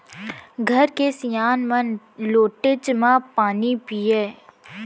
घर के सियान मन लोटेच म पानी पियय